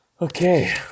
Okay